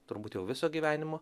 turbūt jau viso gyvenimo